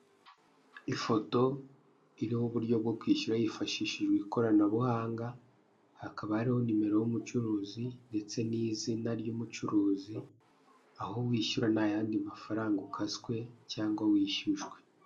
Ifoto iriho uburyo bwo kwishyura hifashishijwe ikoranabuhanga, hakaba hariho nimero y'umucuruzi ndetse n'izina ry'umucuruzi, aho wishyura nta mafaranga ukaswe cyangwa wishyujwe.